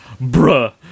Bruh